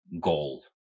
goal